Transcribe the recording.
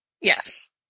Yes